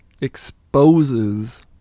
exposes